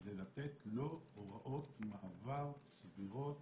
זה לתת לו הוראות מעבר סבירות